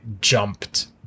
jumped